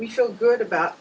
we feel good about